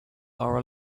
our